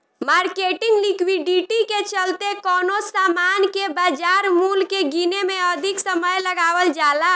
marketing liquidity के चलते कवनो सामान के बाजार मूल्य के गीने में अधिक समय लगावल जाला